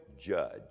judge